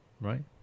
right